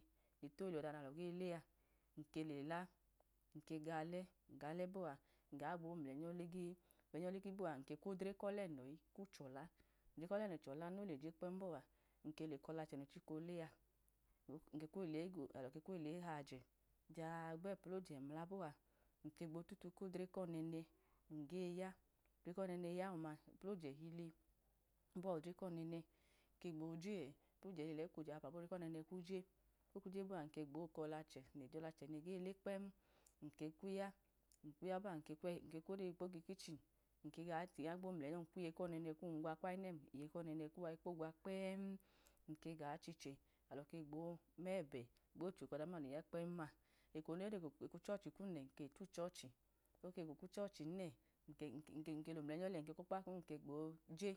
N le tolihi ọda nalo̱ ge lea, n ke le la, nke ga ọlẹ, nga ọlẹ bọa, nga gbo mleinyọ ligi, n-mleinyọ ligi bọa, nkega kwodre kọlẹnọ ikwu chọla, n lodre kọlẹnọ chọla nole je kpẹm du bọa, nke le kọ ladre, nochika ole a, nke kwohile nu alo ke kwohile ihajẹ jaa gbeploje emnla bọa, nke gbo tutu kodre kọnẹnẹ num ge ya, odre konẹnẹ ya ọma eplojẹhili bọa odre kọnẹnẹ ke gbo je ẹ, eplojẹhi go jahapa kọnẹnẹ odre kwu je e. Okwu je bọa nke gbo ko ladre, ne ge le kpẹm, nke kwu ya nkwu yu bọa, nke kwodeyi kpo tukichin, n ke gu gbo mbeinyọ nke gwiye ko̱nene kum gwa gu gbo gwa kayinem, n liye kọnẹnẹ kuwa ikpo gwa kpẹm, n ke gu chichẹ alọ ke gbo mẹbẹ gbo choke ọda duma noya kpẹm ma, eko noge kuchọchi kumne, nke le tuhochi, oke wekichohinne, nke lọ muleinyọ lẹ, nke nke kwọkpa kum, nke gbo je,